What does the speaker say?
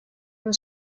ihre